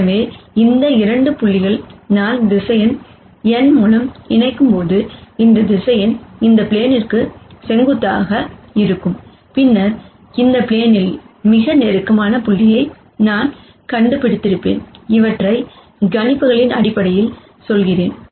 எனவே இந்த 2 புள்ளிகள் நான் வெக்டார் n மூலம் இணைக்கும்போது அந்த வெக்டார் இந்த ப்ளேனிற்கு செங்குத்தாக இருக்கும் பின்னர் இந்த பிளேனில் மிக நெருக்கமான புள்ளியை நான் கண்டுபிடித்திருப்பேன் இவற்றை கணிப்புகளின் அடிப்படையில் சொல்கிறேன்